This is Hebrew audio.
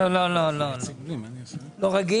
המשך צעדים בתחום הכלכלי לאור העלייה